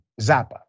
Zappa